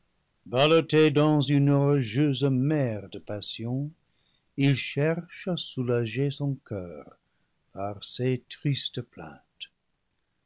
balloté dans une orageuse mer de passions il cherche à soulager son coeur par ces tristes plaintes